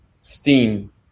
STEAM